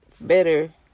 better